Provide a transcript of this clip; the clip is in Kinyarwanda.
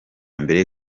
mbere